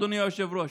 אדוני היושב-ראש.